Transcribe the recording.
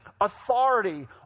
authority